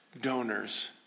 donors